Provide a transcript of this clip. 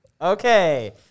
okay